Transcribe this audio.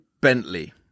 Bentley